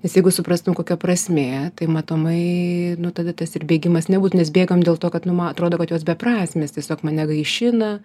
nes jeigu suprastum kokia prasmė tai matomai nu tada tas ir bėgimas nebūtų nes bėgam dėl to kad nu man atrodo kad jos beprasmės tiesiog mane gaišina